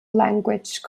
language